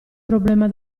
problema